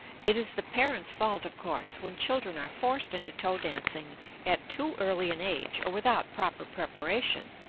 it is the parents' fault, of course, when children are forced into toe dancing at too early an age or without proper preparation.